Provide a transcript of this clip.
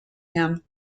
him